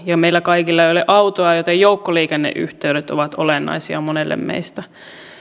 meillä kaikilla ei ole autoa joten joukkoliikenneyhteydet ovat olennaisia monelle meistä